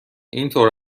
اینطور